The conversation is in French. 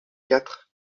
quatre